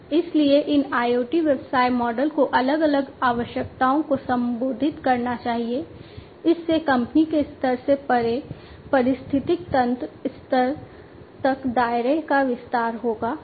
इसलिए इन IoT व्यवसाय मॉडल को अलग अलग आवश्यकताओं को संबोधित करना चाहिए इससे कंपनी के स्तर से परे पारिस्थितिक तंत्र स्तर तक दायरे का विस्तार होगा